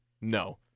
no